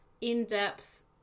in-depth